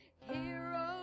heroes